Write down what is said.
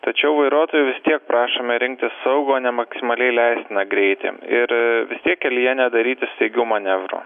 tačiau vairuotojų prašome rinktis saugų o ne maksimaliai leistiną greitį ir kelyje nedaryti staigių manevrų